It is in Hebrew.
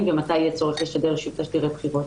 ומתי יהיה צורך לשדר שוב תשדירי בחירות.